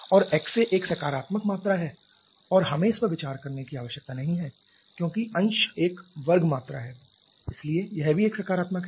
और xA एक सकारात्मक मात्रा है और हमें इस पर विचार करने की आवश्यकता नहीं है क्योंकि अंश एक वर्ग मात्रा है इसलिए यह भी एक सकारात्मक है